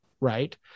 Right